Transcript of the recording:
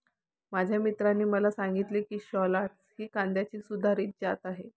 माझ्या मित्राने मला सांगितले की शालॉट्स ही कांद्याची सुधारित जात आहे